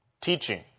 teaching